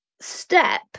step